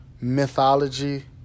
mythology